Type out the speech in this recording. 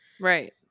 right